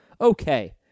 okay